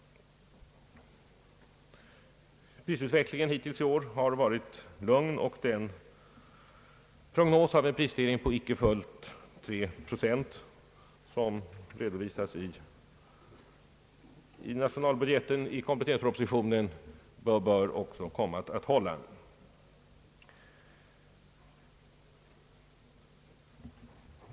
Prisutvecklingen har hittills i år varit lugn. Den prognos med en prisstegring på inte fullt tre procent som redovisas i nationalbudgeten i kompletteringspropositionen bör också komma att hålla.